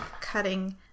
cutting